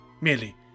merely